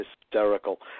hysterical